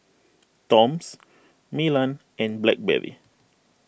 Toms Milan and Blackberry